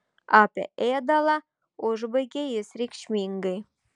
apie ėdalą užbaigė jis reikšmingai